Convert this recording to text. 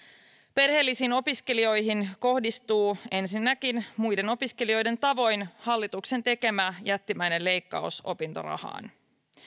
perheellisiin opiskelijoihin kohdistuu ensinnäkin muiden opiskelijoiden tavoin hallituksen tekemä jättimäinen leikkaus opintorahaan